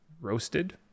roasted